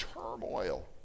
turmoil